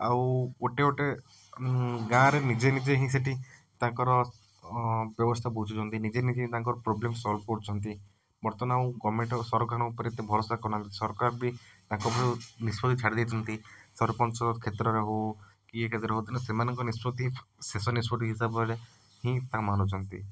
ଆଉ ଗୋଟେ ଗୋଟେ ଗାଆଁରେ ନିଜେ ନିଜେ ହିଁ ସେଇଠି ତାଙ୍କର ବ୍ୟବସ୍ତା ବୁଝୁଛନ୍ତି ନିଜେ ନିଜେ ହିଁ ତାଙ୍କର ପ୍ରୋବ୍ଲେମ୍ ସଲଭ୍ କରୁଛନ୍ତି ବର୍ତ୍ତମାନ ଆଉ ଗଭର୍ଣ୍ଣମେଣ୍ଟ ସରକାର ଉପରେ ଏତେ ଭରସା କରୁନାହାଁନ୍ତି ସରକାର ବି ତାଙ୍କ ଉପରେ ନିଷ୍ପତି ଛାଡ଼ିଦେଇଛନ୍ତି ସରପଞ୍ଚ କ୍ଷେତ୍ରରେ ହଉ କିଏ କ୍ଷେତ୍ରରେ ରହୁଛନ୍ତି ସେମାନଙ୍କ ନିଷ୍ପତି ଶେଷ ନିଷ୍ପତି ହିସାବରେ ହିଁ ତା ମାନୁଛନ୍ତି